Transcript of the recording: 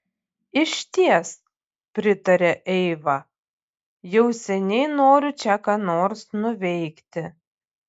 išties pritarė eiva jau seniai noriu čia ką nors nuveikti